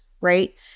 right